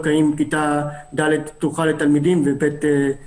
האם כיתה ד' פתוחה לתלמידים וב' סגורה.